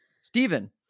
Stephen